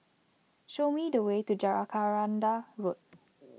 show me the way to Road